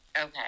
Okay